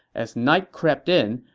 as night crept in,